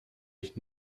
ich